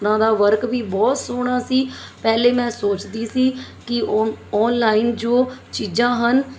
ਉਹਨਾਂ ਦਾ ਵਰਕ ਵੀ ਬਹੁਤ ਸੋਹਣਾ ਸੀ ਪਹਿਲਾਂ ਮੈਂ ਸੋਚਦੀ ਸੀ ਕਿ ਔ ਔਨਲਾਈਨ ਜੋ ਚੀਜ਼ਾਂ ਹਨ